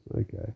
Okay